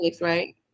right